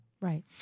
right